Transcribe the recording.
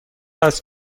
است